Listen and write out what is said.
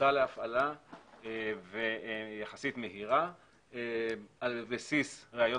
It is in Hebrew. פשוטה להפעלה ומהירה יחסית על בסיס ראיות